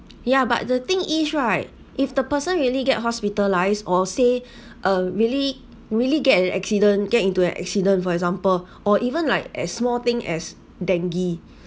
ya but the thing is right if the person really get hospitalized or say uh really really get an accident get into an accident for example or even like as small thing as dengue